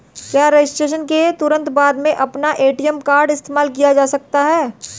क्या रजिस्ट्रेशन के तुरंत बाद में अपना ए.टी.एम कार्ड इस्तेमाल किया जा सकता है?